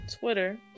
Twitter